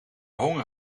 honger